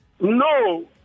No